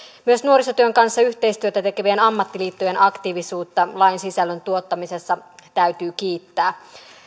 myös nuorisotyön kanssa yhteistyötä teke vien ammattiliittojen aktiivisuutta lain sisällön tuottamisessa täytyy kiittää